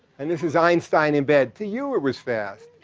and this is einstein in bed. to you it was fast.